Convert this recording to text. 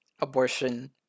abortion